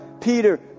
Peter